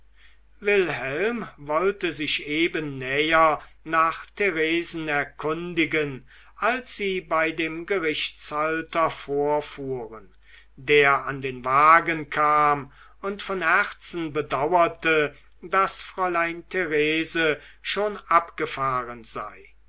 wilhelm wollte sich eben näher nach theresen erkundigen als sie bei dem gerichtshalter vorfuhren der an den wagen kam und von herzen bedauerte daß fräulein therese schon abgefahren sei